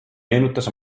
meenutas